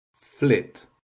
Flit